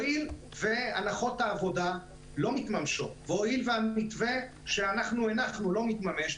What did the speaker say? הואיל והנחות העבודה לא מתממשות והואיל והמתווה שהנחנו לא מתממש,